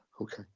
Okay